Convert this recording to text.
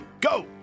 go